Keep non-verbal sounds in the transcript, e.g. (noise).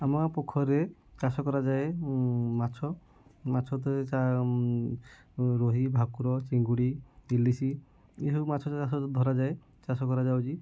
ଆମ ଗାଁ ପୋଖରୀରେ ଚାଷ କରାଯାଏ ମାଛ ମାଛ (unintelligible) ରୋହି ଭାକୁର ଚିଙ୍ଗୁଡି ଇଲିଶି ଏ ସବୁ ମାଛ ଚାଷ ଧରାଯାଏ ଚାଷ କରା ଯାଉଛି